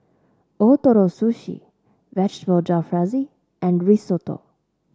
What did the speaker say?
Ootoro Sushi Vegetable Jalfrezi and Risotto